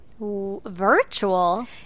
virtual